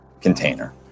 container